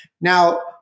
Now